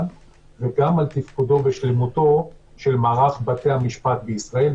רב וגם על תפקודו בשלמותו של מערך בתי המשפט בישראל.